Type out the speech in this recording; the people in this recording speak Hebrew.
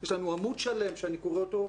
יש לנו עמוד שלם שאני קורא אותו,